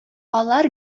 алар